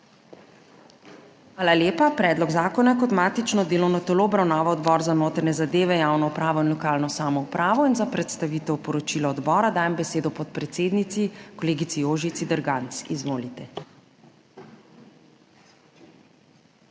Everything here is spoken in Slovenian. Hvala lepa. Predlog zakona je kot matično delovno telo obravnaval Odbor za notranje zadeve, javno upravo in lokalno samoupravo. Za predstavitev poročila odbora dajem besedo podpredsednici, kolegici Jožici Derganc. Izvolite.